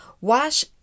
wash